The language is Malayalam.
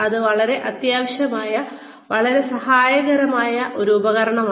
ഇത് വളരെ അത്യാവശ്യമായ വളരെ സഹായകരമായ ഒരു ഉപകരണമാണ്